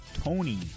Tony